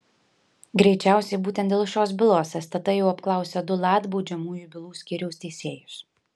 greičiausiai būtent dėl šios bylos stt jau apklausė du lat baudžiamųjų bylų skyriaus teisėjus